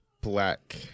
black